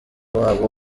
wabo